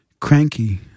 cranky